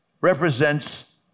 represents